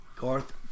Garth